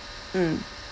mm